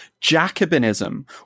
Jacobinism